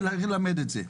וללמד את זה.